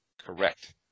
Correct